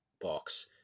box